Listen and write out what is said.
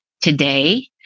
Today